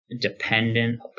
dependent